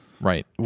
Right